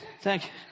Thank